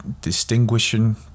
distinguishing